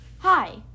Hi